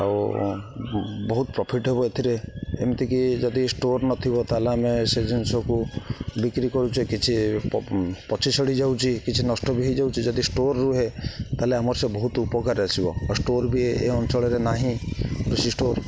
ଆଉ ବହୁତ ପ୍ରଫିଟ୍ ହବ ଏଥିରେ ଏମିତିକି ଯଦି ଷ୍ଟୋର୍ ନଥିବ ତା'ହେଲେ ଆମେ ସେ ଜିନିଷକୁ ବିକ୍ରି କରୁଛେ କିଛି ପଚି ସଢ଼ିଯାଉଛି କିଛି ନଷ୍ଟ ବି ହେଇଯାଉଛି ଯଦି ଷ୍ଟୋର୍ ରୁହେ ତା'ହେଲେ ଆମର ସେ ବହୁତ ଉପକାର ଆସିବ ଆଉ ଷ୍ଟୋର୍ ବି ଏ ଅଞ୍ଚଳରେ ନାହିଁ କୃଷି ଷ୍ଟୋର୍